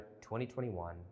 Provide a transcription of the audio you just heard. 2021